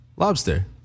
Lobster